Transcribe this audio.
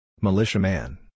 Militiaman